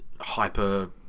hyper